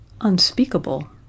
Unspeakable